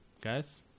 guys